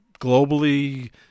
globally